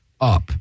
up